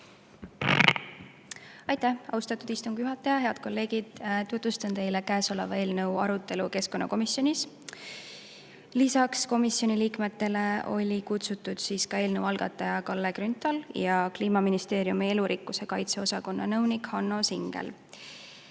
Aitäh, austatud istungi juhataja! Head kolleegid! Tutvustan teile käesoleva eelnõu arutelu keskkonnakomisjonis. Lisaks komisjoni liikmetele olid kutsutud eelnõu algataja Kalle Grünthal ja Kliimaministeeriumi elurikkuse kaitse osakonna nõunik Hanno Zingel.